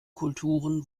kulturen